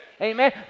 Amen